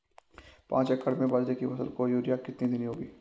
पांच एकड़ में बाजरे की फसल को यूरिया कितनी देनी होगी?